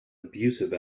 abusive